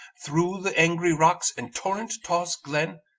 through the angry rocks and torrent-tossing glen,